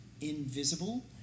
invisible